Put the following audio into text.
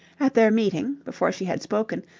at their meeting, before she had spoken,